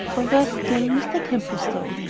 or, worse still, mr. templestowe.